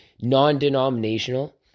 non-denominational